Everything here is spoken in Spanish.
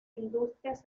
industrias